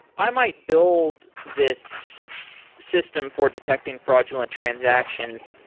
i might build this system for detecting fraudulent transactions.